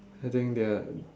I think they are